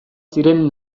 ziren